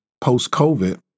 post-COVID